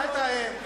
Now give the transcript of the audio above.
אל תאיים.